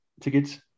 tickets